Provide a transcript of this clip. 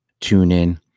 TuneIn